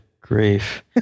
grief